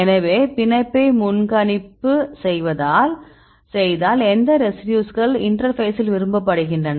எனவே பிணைப்பு முன்கணிப்பைச் செய்தால் எந்த ரெசிடியூஸ்கள் இன்டெர்பேசில் விரும்பப்படுகின்றன